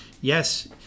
Yes